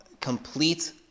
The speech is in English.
complete